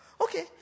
Okay